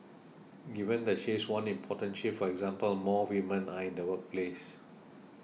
given the shifts one important shift for example more women are in the workforce